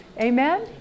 amen